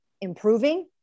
improving